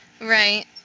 Right